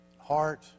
heart